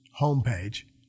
homepage